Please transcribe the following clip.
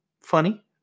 funny